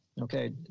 okay